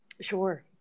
Sure